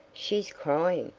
she's crying!